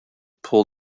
pull